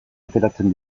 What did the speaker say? ateratzen